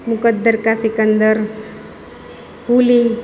Muqaddar ka Sikandar Quli